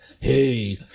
hey